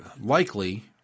likely